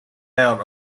out